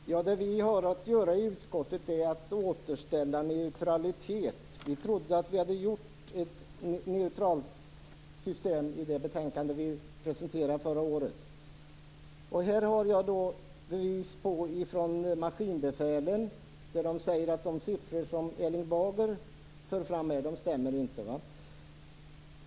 Herr talman! Det vi hade att göra i utskottet var att återställa neutralitet. Vi trodde att vi hade fått ett neutralt system i det betänkande vi presenterade förra året. Här har jag bevis från maskinbefälen som visar att de siffror som Erling Bager för fram inte stämmer.